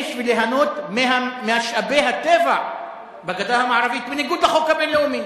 וליהנות ממשאבי הטבע בגדה המערבית בניגוד לחוק הבין-לאומי.